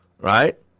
right